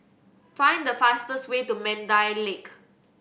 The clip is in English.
find the fastest way to Mandai Lake